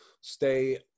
stay